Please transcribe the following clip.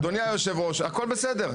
אדוני היושב ראש, הכול בסדר.